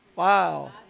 Wow